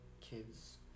kids